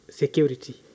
security